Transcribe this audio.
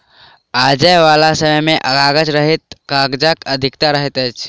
आबयबाला समय मे कागज रहित काजक अधिकता रहत